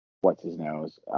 what's-his-nose